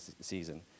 season